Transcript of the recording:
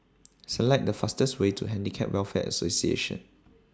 Select The fastest Way to Handicap Welfare Association